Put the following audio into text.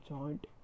Joint